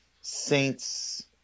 saints –